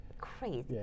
Crazy